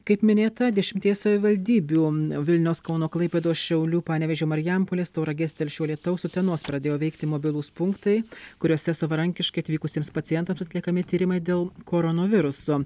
kaip minėta dešimties savivaldybių vilniaus kauno klaipėdos šiaulių panevėžio marijampolės tauragės telšių alytaus utenos pradėjo veikti mobilūs punktai kuriuose savarankiškai atvykusiems pacientams atliekami tyrimai dėl koronaviruso